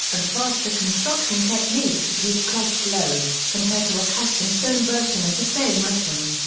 and faster construction techniques to keep costs low, compared to a custom-sewn version of the same item.